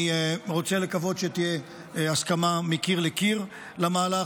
אני רוצה לקוות שתהיה הסכמה מקיר לקיר למהלך.